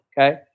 Okay